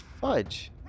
fudge